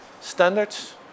standards